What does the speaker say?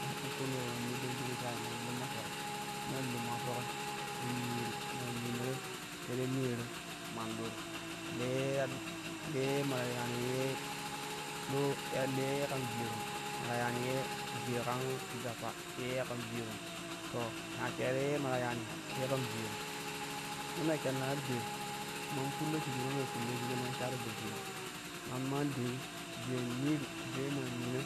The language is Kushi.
Man ukkuu ti kwi man middaa shigi shayi man lummo foki, ma ke lumma foki in niru man ninara teere niya ra man ɗuri, le le ma ta yani ye do ya le kun viye rom, ma ta yani ye gappa ye kan viyerom. To na sheero ye ma ta yani ye kan viyero ma ma shann ar jaai man fullo shigi ma maa fullo shigi man shaaro doo shigi man maan deeli jaain nin jaai maa nina